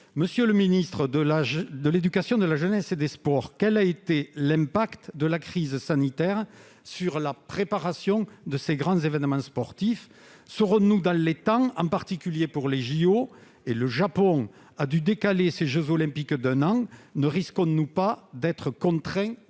Monsieur le ministre de l'éducation nationale, de la jeunesse et des sports, quel a été l'impact de la crise sanitaire sur la préparation de ces grands événements sportifs ? Serons-nous dans les temps, en particulier pour les JO ? Le Japon a dû décaler ses jeux Olympiques d'un an : ne risquons-nous pas d'être contraints